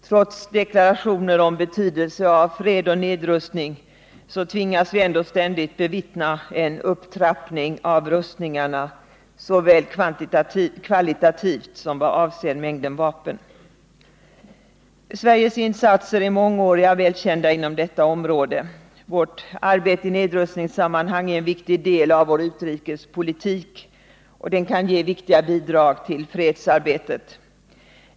Trots deklarationer om betydelsen av fred och nedrustning tvingas vi ändå ständigt bevittna en upptrappning av rustningarna, såväl kvalitativt som i vad avser mängden vapen. Sveriges insatser är mångåriga och väl kända inom detta område. Vårt arbete i nedrustningssammanhang är en viktig del av vår utrikespolitik, och den kan ge viktiga bidrag till fredsarbetet.